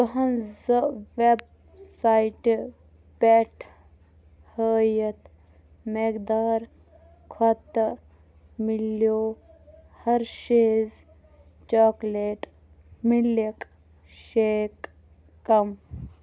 تُُہٕنٛزِ web سایٹہٕ پٮ۪ٹھ ہٲوِتھ مٮ۪قدار کھۄتہٕ میلٮ۪و ہرشیز چاکلیٹ مِلک شیک کم